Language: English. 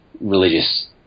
religious